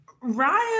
Ryan